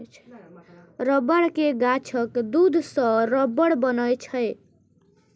रबड़ के गाछक दूध सं रबड़ बनै छै